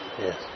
Yes